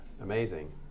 amazing